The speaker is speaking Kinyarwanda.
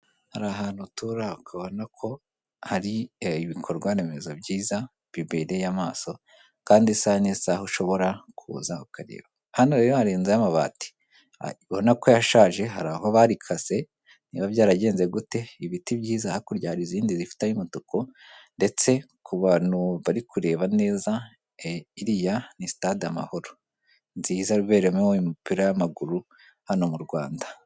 hari ahantu utura ukabona ko hari ibikorwa remezo byiza bibereye amaso kandi isa nisaha aho ushobora kuza hano harenzeho'amabati ubona ko yashaje hari aho barikase biba byaragenze gute ibiti byiza hakurya hari izindi zifite umutuku ndetse ku bantu bari kureba neza e iriya ni stade amahoro nziza ruberermoo'umupira w'amaguru hano mu rwanda